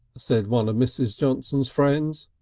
said one of mrs. johnson's friends.